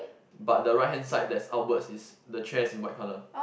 but the right hand side that's upwards is the chair is in white colour